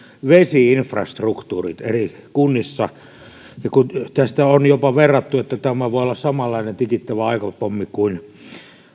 vesi infrastruktuurit eri kunnissa tätä on jopa verrattu siihen että tämä voi olla samanlainen tikittävä aikapommi kuin